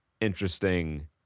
interesting